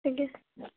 ଆଜ୍ଞା